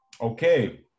Okay